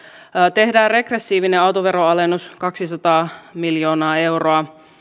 tehdään regressiivinen autoveron alennus kaksisataa miljoonaa euroa